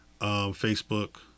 Facebook